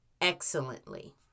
excellently